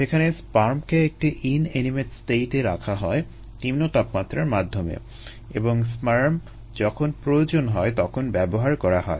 সেখানে স্পার্মকে একটি ইনএনিমেট স্টেটে রাখা হয় নিম্ন তাপমাত্রার মাধ্যমে এবং স্পার্ম যখন প্রয়োজন তখন ব্যবহার করা হয়